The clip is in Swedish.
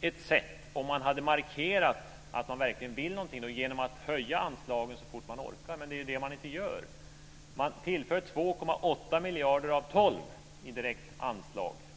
ett sätt om man hade markerat att man verkligen vill någonting genom att höja anslagen så fort man orkar, men det är ju det man inte gör. Man tillför 2,8 miljarder av 12 miljarder i direkt anslag.